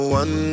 one